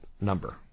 number